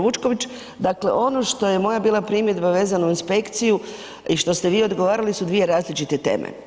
Vučković, dakle ono što je moja bila primjedba vezano uz inspekciju i što ste vi odgovarali su dvije različite teme.